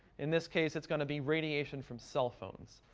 in this case, it's going to be radiation from cell phones.